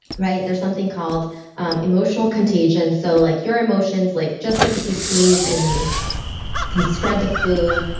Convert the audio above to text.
right? there's something called um emotional contagion, so like your emotions, like just like if you sneeze and you can spread the flu,